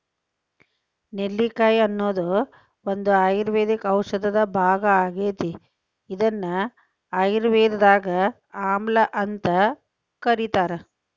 ನೆಲ್ಲಿಕಾಯಿ ಅನ್ನೋದು ಒಂದು ಆಯುರ್ವೇದ ಔಷಧದ ಭಾಗ ಆಗೇತಿ, ಇದನ್ನ ಆಯುರ್ವೇದದಾಗ ಆಮ್ಲಾಅಂತ ಕರೇತಾರ